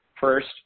First